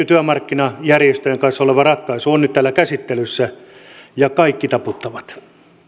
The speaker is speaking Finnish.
työmarkkinajärjestöjen kanssa tehty ratkaisu on nyt täällä käsittelyssä ja kaikki taputtavat